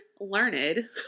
learned